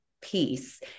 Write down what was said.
peace